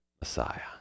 Messiah